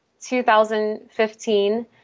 2015